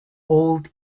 old